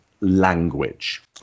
language